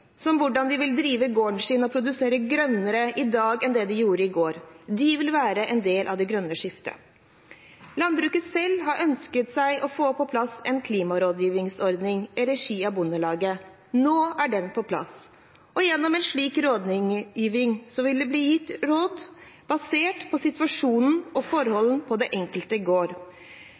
om hvordan de vil drive gården sin og produsere grønnere i dag enn i går. De vil være en del av det grønne skiftet. Landbruket har selv ønsket å få på plass en klimarådgivningsordning i regi av Bondelaget. Nå er den på plass, og gjennom en slik rådgivning vil det bli gitt råd basert på situasjonen og forholdene på den enkelte gård. Det